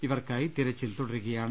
ഇവർക്കായി തിര ച്ചിൽ തുടരുകയാണ്